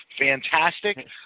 Fantastic